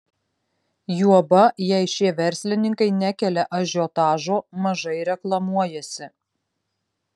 juoba jei šie verslininkai nekelia ažiotažo mažai reklamuojasi